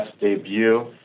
debut